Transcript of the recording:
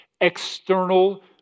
external